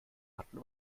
hatten